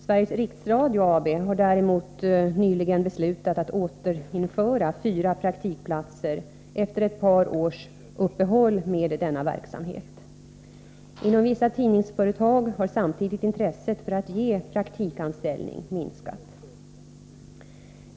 Sveriges Riksradio AB däremot har nyligen beslutat att återinföra fyra praktikplatser efter ett par års uppehåll med denna verksamhet. Inom vissa tidningsföretag har samtidigt intresset för att ge praktikanställning minskat.